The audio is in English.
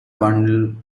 bundle